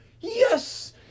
Yes